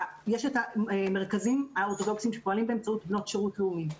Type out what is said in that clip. יש את המרכזים האורתודוכסים שפועלים באמצעות בנות שירות לאומי.